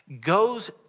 goes